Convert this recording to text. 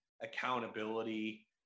accountability